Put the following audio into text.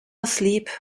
asleep